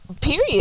period